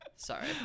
sorry